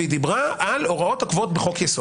והיא דיברה על הוראות הקבועות בחוק יסוד.